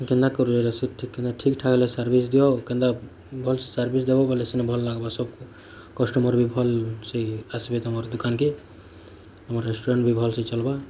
କେନ୍ତା କରିବାର୍ ଠିକ୍ ଠିକ୍ଠାକ୍ ହେଲେ ସର୍ଭିସ୍ ଦିଅ କେନ୍ତା ଭଲ୍ ସର୍ଭିସ୍ ଦେବ ବୋଲେ ସିନା ଭଲ୍ ଲାଗ୍ବା ସବୁ କଷ୍ଟମର୍ ବି ଭଲ୍ସେ ଆସିବେ ତମର୍ ଦୋକାନ୍କେ ଆମ ରେଷ୍ଟୁରାଣ୍ଟ୍ ବି ଭଲ୍ ସେ ଚଲ୍ବା